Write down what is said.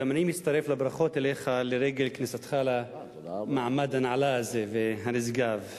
גם אני מצטרף לברכות אליך לרגל כניסתך למעמד הנעלה והנשגב הזה.